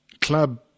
Club